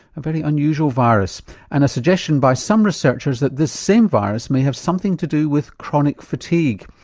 a very unusual virus and a suggestion by some researchers that this same virus may have something to do with chronic fatigue